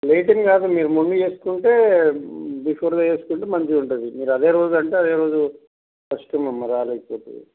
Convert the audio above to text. late ఏమి కాదు మీరు ముందు చేసుకుంటే బిఫోర్ చేసుకుంటే మంచిగా ఉంటుంది మీరు అదే రోజు అంటే అదే రోజు కష్టం అమ్మ రాలేకపోతుంది